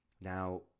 Now